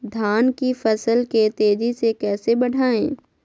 धान की फसल के तेजी से कैसे बढ़ाएं?